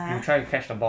(uh huh)